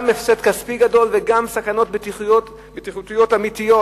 גם הפסד כספי גדול וגם סכנות בטיחותיות אמיתיות.